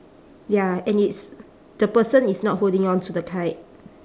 ya and it's the person is not holding on to the kite